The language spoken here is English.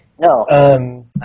No